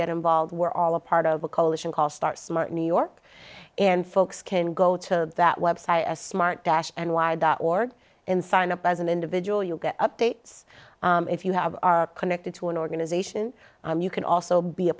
get involved we're all a part of a coalition called start smart new york and folks can go to that website as smart dash and wired dot org and sign up as an individual you'll get updates if you have are connected to an organization you can also be a